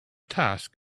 task